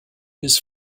his